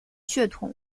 血统